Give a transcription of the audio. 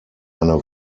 eine